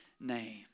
name